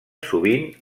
sovint